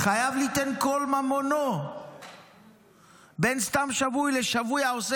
"חייב ליתן כל ממונו --- בין סתם שבוי לשבוי העומד